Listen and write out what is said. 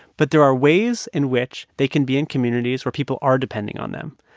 but there are ways in which they can be in communities where people are depending on them,